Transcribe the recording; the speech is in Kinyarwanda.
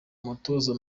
umutoza